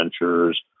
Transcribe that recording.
adventures